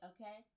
Okay